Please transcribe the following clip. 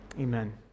Amen